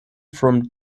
from